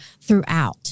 throughout